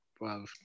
Wow